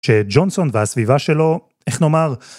שג'ונסון והסביבה שלו, איך נאמר,